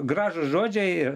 gražūs žodžiai ir